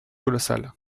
colossale